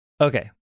Okay